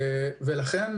הללו.